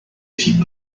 fit